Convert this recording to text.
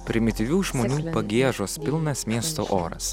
primityvių žmonių pagiežos pilnas miesto oras